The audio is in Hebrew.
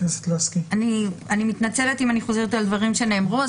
אני מתנצלת אם אני חוזרת על דברים שנאמרו.